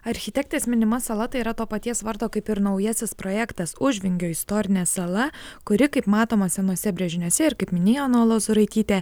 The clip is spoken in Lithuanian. architektės minimas sala tai yra to paties vardo kaip ir naujasis projektas užvingio istorinė sala kuri kaip matoma senuose brėžiniuose ir kaip minėjo ona lozuraitytė